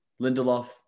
Lindelof